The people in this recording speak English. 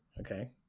Okay